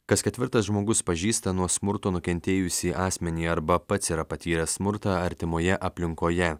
kas ketvirtas žmogus pažįsta nuo smurto nukentėjusį asmenį arba pats yra patyręs smurtą artimoje aplinkoje